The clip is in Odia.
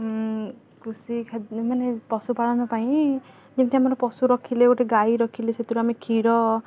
କୃଷି ମାନେ ପଶୁପାଳନ ପାଇଁ ଯେମିତି ଆମର ପଶୁ ରଖିଲେ ଗୋଟେ ଗାଈ ରଖିଲେ ସେଥିରୁ ଆମେ କ୍ଷୀର